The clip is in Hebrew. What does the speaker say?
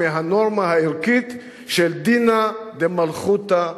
מהנורמה הערכית של דינא דמלכותא דינא.